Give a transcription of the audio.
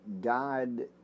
God